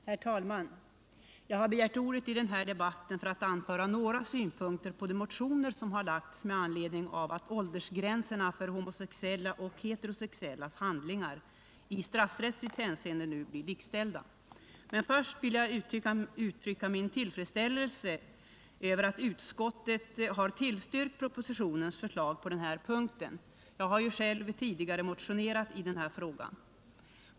Herr talman! Jag har begärt ordet i denna debatt för att anföra några synpunkter på de motioner som lagts fram med anledning av att åldersgränserna för homosexuella och heterosexuella handlingar i straffrättsligt hänseende blir likställda. Men först vill jag uttrycka min tillfredsställelse över att utskottet har tillstyrkt propositionens förslag på den här punkten. Jag har själv tidigare motionerat i frågan.